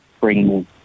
bringing